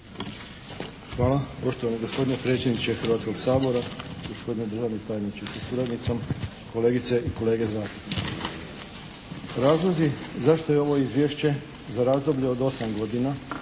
Hvala poštovani gospodine predsjedniče Hrvatskog sabora. Gospodine državni tajniče sa suradnicom, kolegice i kolege zastupnici. Razlozi zašto je ovo Izvješće za razdoblje od 8 godina,